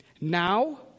Now